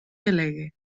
delegue